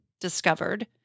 discovered